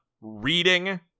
reading